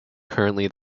currently